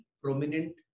prominent